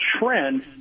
trend